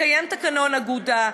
לקיים תקנון אגודה,